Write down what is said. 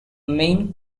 main